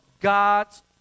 God's